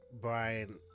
Brian